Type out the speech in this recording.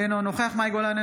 אינו נוכח מאי גולן,